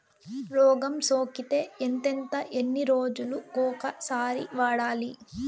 రోగం సోకితే ఎంతెంత ఎన్ని రోజులు కొక సారి వాడాలి?